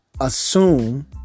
assume